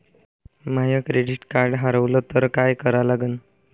माय credit card हारवलं तर काय करा लागन?